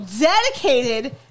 dedicated